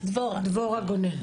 דבורה גונן.